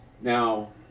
Now